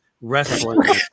wrestling